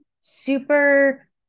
super